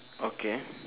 okay